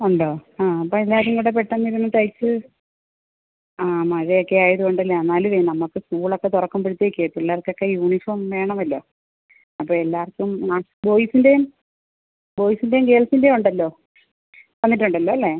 ഉണ്ടോ ആ അപ്പോൾ എല്ലാവരും കൂടെ പെട്ടെന്ന് ഇരുന്ന് തയ്ച്ച് ആ മഴയൊക്കെ ആയത് കൊണ്ടല്ലേ എന്നാലുമേ നമുക്ക് സ്കൂൾ ഒക്കെ തുറക്കുമ്പോഴത്തേക്കേ പിള്ളേർക്കൊക്കെ യൂണിഫോം വേണമല്ലോ അപ്പോൾ എല്ലാവർക്കും ആ ബോയ്സിൻ്റെയും ബോയ്സിൻ്റെ ഗേൾസിൻ്റെ ഉണ്ടല്ലോ തന്നിട്ടുണ്ടല്ലോ അല്ലേ